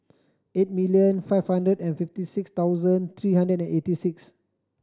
eight million five hundred and fifty six thousand three hundred eighty six